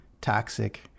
toxic